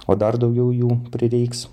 o dar daugiau jų prireiks